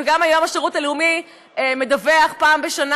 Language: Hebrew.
וגם היום השירות הלאומי מדווח פעם בשנה